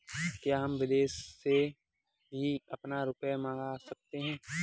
क्या हम विदेश से भी अपना रुपया मंगा सकते हैं?